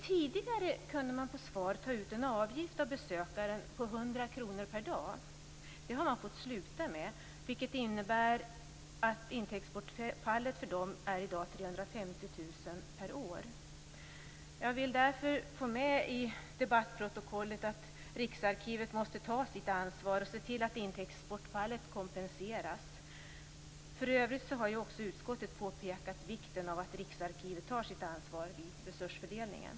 Tidigare kunde man på SVAR ta ut en avgift av besökaren på 100 kr per dag. Det har man fått sluta med, vilket innebär ett intäktsbortfall på 350 000 kr per år. Jag vill därför få med i debattprotokollet att Riksarkivet måste ta sitt ansvar och se till att intäktsbortfallet kompenseras. För övrigt har också utskottet påpekat vikten av att Riksarkivet tar sitt ansvar vid resursfördelningen.